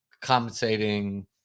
compensating